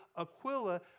Aquila